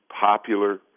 popular